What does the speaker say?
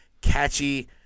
catchy